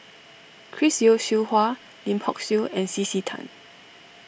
Chris Yeo Siew Hua Lim Hock Siew and C C Tan